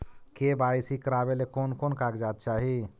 KYC करावे ले कोन कोन कागजात चाही?